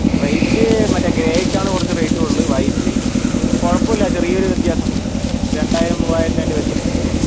rate മറ്റേ ഗ്രേയ്ക്കാണ് കുറച്ച് റേറ്റ് കൂടുതൽ വൈറ്റിന് കുഴപ്പമില്ല ചെറിയൊരു വ്യത്യാസം വരും രണ്ടായിരം മൂവായിരം രൂപേൻ്റെ വ്യത്യാസമേ വരികയുള്ളു